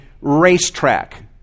racetrack